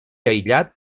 aïllat